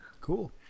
Cool